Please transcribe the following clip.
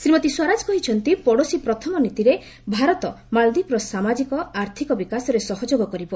ଶ୍ରୀମତୀ ସ୍ୱରାଜ କହିଛନ୍ତି ପଡ଼ୋଶୀ ପ୍ରଥମ ନୀତିରେ ଭାରତ ମାଳଦ୍ୱୀପର ସାମାଜିକ ଆର୍ଥିକ ବିକାଶରେ ସହଯୋଗ କରିବ